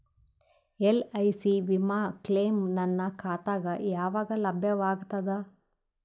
LIC ವಿಮಾ claim ನನ್ನ ಖಾತಾಗ ಯಾವಾಗ ಲಭ್ಯವಾಗತದ?